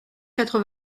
quatre